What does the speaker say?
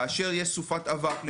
כאשר יש סופת אבק למשל,